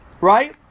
right